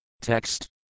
Text